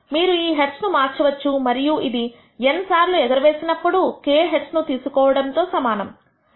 మీరు ఈ హెడ్స్ ను మార్చవచ్చు మరియు ఇది n సార్లు ఎగరవేసినప్పుడు k హెడ్స్ ను తీసుకోవడంతో సమానం